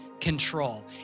control